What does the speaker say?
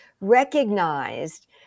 recognized